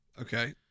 Okay